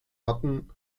hatten